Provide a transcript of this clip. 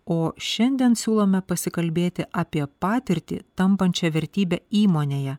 o šiandien siūlome pasikalbėti apie patirtį tampančią vertybe įmonėje